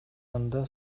анда